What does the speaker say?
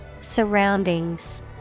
Surroundings